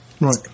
Right